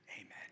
amen